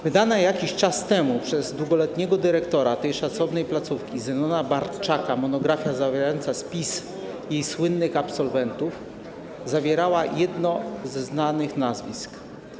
Wydana jakiś czas temu przez długoletniego dyrektora tej szacownej placówki Zenona Bartczaka monografia obejmująca spis jej słynnych absolwentów zawierała jedno ze znanych nazwisk.